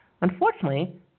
Unfortunately